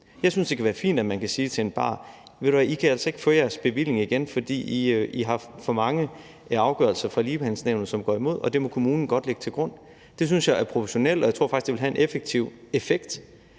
Jeg synes, det kan være fint, at man kan sige til ejeren af en bar: Ved I hvad, I kan altså ikke få jeres bevilling igen, fordi I har for mange afgørelser fra Ligebehandlingsnævnet, som går imod – at det må kommunen godt lægge til grund. Det synes jeg er proportionelt, og jeg tror faktisk, at det vil have en effektiv effekt.